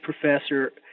professor